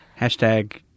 Hashtag